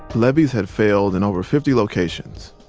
levees had failed in over fifty locations.